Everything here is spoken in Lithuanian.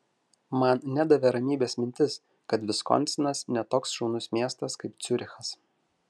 man nedavė ramybės mintis kad viskonsinas ne toks šaunus miestas kaip ciurichas